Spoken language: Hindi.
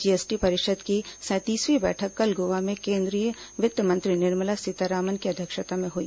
जीएसटी परिषद की सैंतीसवीं बैठक कल गोवा में केंद्रीय वित्त मंत्री निर्मला सीतारामन की अध्यक्षता में हुई